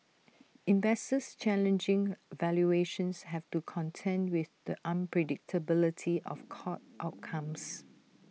investors challenging valuations have to contend with the unpredictability of court outcomes